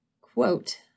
quote